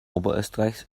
oberösterreichs